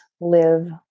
live